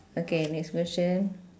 okay next question